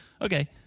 okay